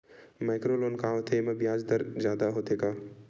Micro loan का होथे येमा ब्याज दर जादा होथे का?